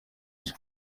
njye